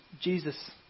Jesus